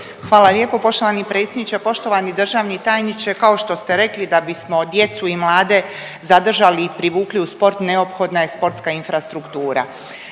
Hvala lijepo poštovani predsjedniče. Poštovani državni tajniče, kao što ste rekli da bismo djecu i mlade zadržali i privukli u sport neophodna je sportska infrastruktura,